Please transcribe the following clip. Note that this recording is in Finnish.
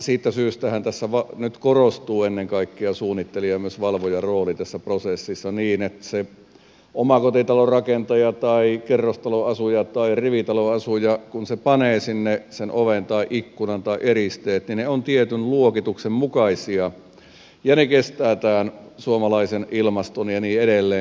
siitä syystähän tässä nyt korostuu ennen kaikkea suunnittelijan ja myös valvojan rooli tässä prosessissa niin että kun se omakotitalon rakentaja tai kerrostaloasuja tai rivitaloasuja panee sinne sen oven tai ikkunan tai eristeet niin ne ovat tietyn luokituksen mukaisia ja ne kestävät tämän suomalaisen ilmaston ja niin edelleen